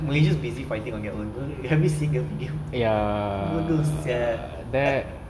malaysia busy fighting on their own don't kn~ have you seen the video